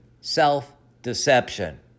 self-deception